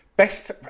Best